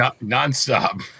Non-stop